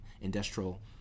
industrial